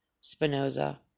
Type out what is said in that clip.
Spinoza